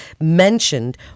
mentioned